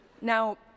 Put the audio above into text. Now